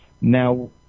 Now